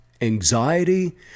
anxiety